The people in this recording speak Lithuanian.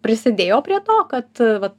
prisidėjo prie to kad vat